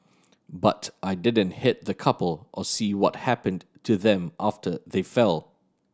but I didn't hit the couple or see what happened to them after they fell